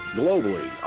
globally